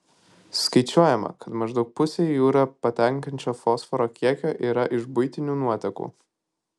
skaičiuojama kad maždaug pusė į jūrą patenkančio fosforo kiekio yra iš buitinių nuotekų